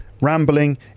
Rambling